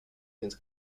fins